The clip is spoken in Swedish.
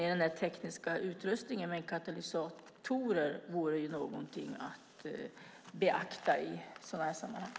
Den tekniska utrustningen med katalysatorer vore något att beakta, tycker jag.